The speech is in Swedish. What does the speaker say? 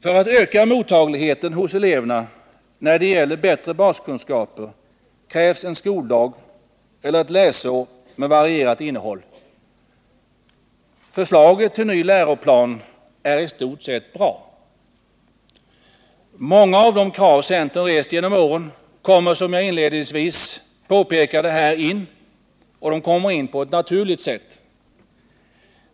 För att öka mottagligheten hos eleverna när det gäller bättre baskunskaper krävs en skoldag eller ett läsår med varierat innehåll. Förslaget till ny läroplan är i stort sett bra. Många av de krav centern rest genom åren kommer här in, som jag inledningsvis påpekade, och de kommer in på ett naturligt sätt.